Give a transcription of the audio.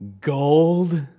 gold